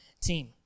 team